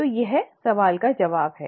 तो यह सवाल का जवाब है